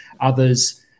others